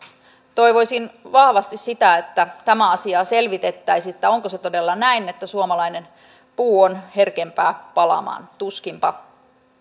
toivoisin vahvasti sitä että tämä asia selvitettäisiin onko se todella näin että suomalainen puu on herkempää palamaan tuskinpa